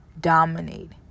dominate